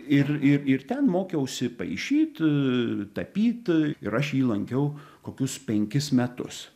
ir ir ir ten mokiausi paišyt tapyt ir aš jį lankiau kokius penkis metus